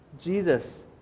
Jesus